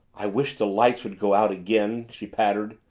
i wish the lights would go out again! she pattered.